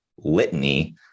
litany